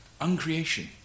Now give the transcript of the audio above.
Uncreation